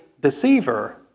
deceiver